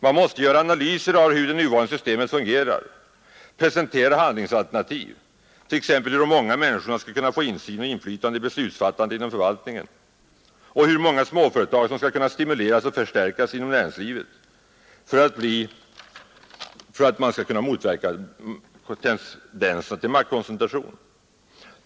Man måste göra analyser av hur det nuvarande systemet fungerar, presentera handlingsalternativ, t.ex. för hur de många människorna skall få insyn och inflytande vid beslutsfattandet inom förvaltningen och hur småföretagen som skall stimuleras och förstärkas inom näringslivet för att man skall kunna motverka tendensen till maktkoncentration.